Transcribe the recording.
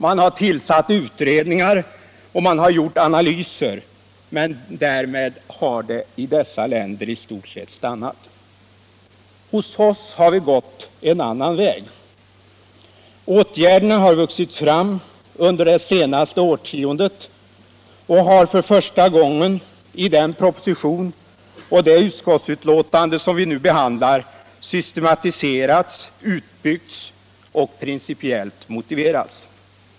Man har tillsatt utredningar och gjort analyser, men därvid har det i stort sett stannat. Hos oss har vi gått en annan väg. Åtgärderna har vuxit fram under det senaste årtiondet och har för första gången i den proposition och det utskottsbetänkande som vi nu behandlar systematiserats, utbyggts och principiellt motiverats.